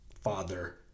father